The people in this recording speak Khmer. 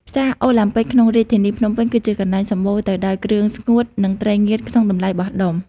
ផ្សារអូឡាំពិកក្នុងរាជធានីភ្នំពេញ គឺជាកន្លែងសម្បូរទៅដោយគ្រឿងស្ងួត និងត្រីងៀតក្នុងតម្លៃបោះដុំ។